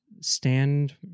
stand